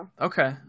Okay